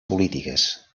polítiques